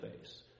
face